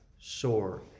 sore